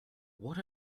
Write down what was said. what